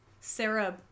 Sarah